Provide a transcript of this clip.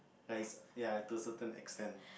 likes ya to a certain extent